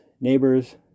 neighbors